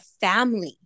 family